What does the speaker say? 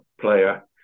player